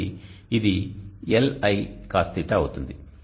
కాబట్టి ఇది Li cosθ అవుతుంది